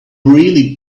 really